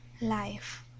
Life